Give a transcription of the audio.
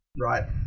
right